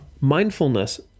mindfulness